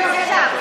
בבקשה.